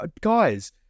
guys